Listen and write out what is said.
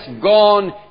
gone